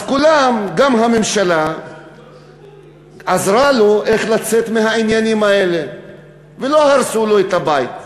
אז כולם גם הממשלה עזרה לו לצאת מהעניינים האלה ולא הרסו לו את הבית.